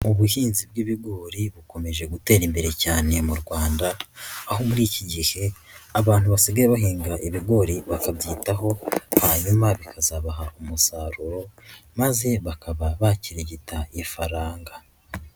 Ubuhinzi bw'ibigori bukomeje gutera imbere cyane mu Rwanda aho muri iki gihe abantu basigaye bahinga ibigori bakabyitaho hanyuma bikazabaha umusaruro maze bakaba bakirigita ifaranga.